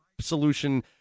solution